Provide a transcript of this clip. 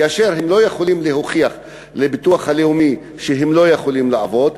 כאשר הם לא יכולים להוכיח לביטוח הלאומי שהם לא יכולים לעבוד,